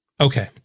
Okay